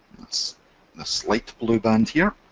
that's the slate blue band here,